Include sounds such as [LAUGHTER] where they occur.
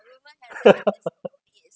[LAUGHS]